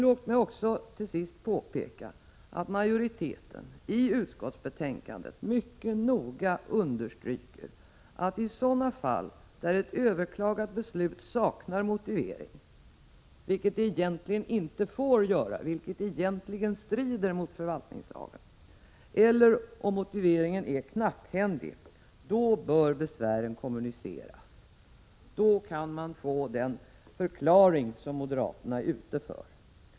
Låt mig till sist påpeka att majoriteten mycket noga understryker i betänkandet att besvären bör kommuniceras i fall där ett överklagat beslut saknar motivering -— vilket egentligen strider mot förvaltningslagen — eller där motiveringen är knapphändig. Då kan en klagande få den förklaring som moderaterna är ute efter.